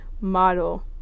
model